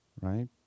right